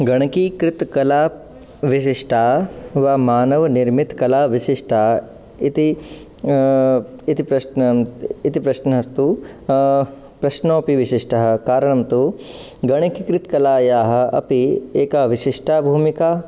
गणकीकृतकलाविशिष्टा वा मानवनिर्मितकलाविशिष्टा इति इति प्रश्नः इति प्रश्नस्तु प्रश्नोऽपि विशिष्टः कारणं तु गणकीकृतकलायाः अपि एका विशिष्टा भूमिका